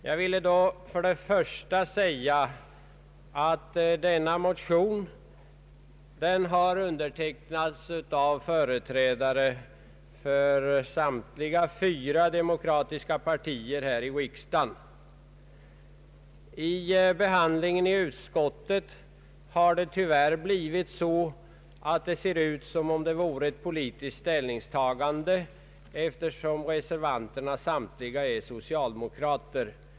Jag vill först säga att denna motion har undertecknats av företrädare för samtliga fyra demokratiska partier här i riksdagen. Vid behandlingen i utskottet har det tyvärr blivit så att det ser ut som om det vore ett partipolitiskt ställningstagande, eftersom samtliga reservanter är socialdemokrater.